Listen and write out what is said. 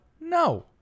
No